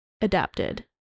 adapted